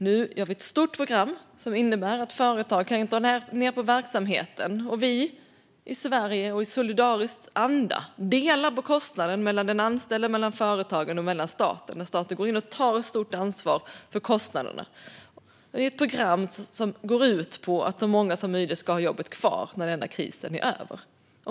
Nu gör vi ett stort program som innebär att företag kan dra ned på verksamheten och att vi i Sverige i solidarisk anda delar på kostnaden mellan den anställde, företagen och staten. Staten går in och tar stort ansvar för kostnaderna i ett program som går ut på att så många som möjligt ska ha jobbet kvar när den här krisen är över.